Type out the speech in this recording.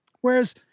Whereas